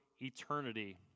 eternity